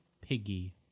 Piggy